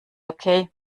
okay